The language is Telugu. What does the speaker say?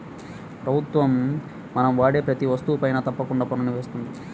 ప్రభుత్వం మనం వాడే ప్రతీ వస్తువుపైనా తప్పకుండా పన్నుని వేస్తుంది